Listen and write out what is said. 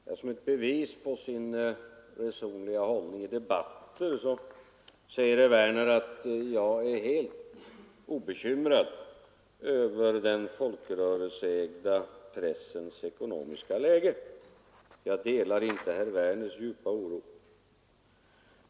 Herr talman! Som ett bevis på sin resonliga hållning i debatten säger herr Werner i Tyresö, att jag är helt obekymrad om den folkrörelseägda pressens ekonomiska läge och inte delar hans djupa oro.